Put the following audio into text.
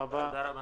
תודה רבה.